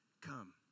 come